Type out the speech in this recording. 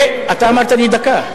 אתה אמרת לי דקה.